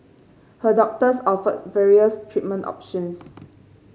her doctors offered various treatment options